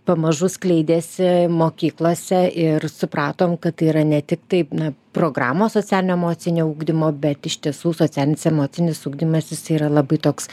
pamažu skleidėsi mokyklose ir supratom kad yra ne tik taip na programos socialinio emocinio ugdymo bet iš tiesų socialinis emocinis ugdymas is yra labai toks